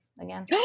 again